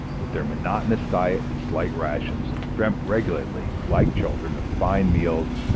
with their monotonous diet and slight rations, dreamt regularly, like children, of fine meals,